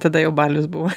tada jau balius buvo